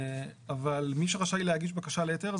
אבל מי שרשאי להגיש בקשה להיתר,